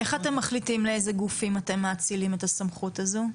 איך אתם מחליטים לאיזה גופים אתם מאצילים את הסמכות הזו?